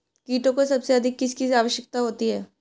कीटों को सबसे अधिक किसकी आवश्यकता होती है?